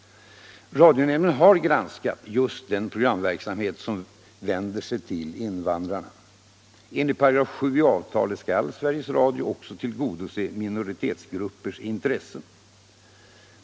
Radionämnden har granskat just den programverksamhet som vänder sig till invandrarna. Enligt 7 § i avtalet skall Sveriges Radio också tillgodose minoritetsgruppers intressen.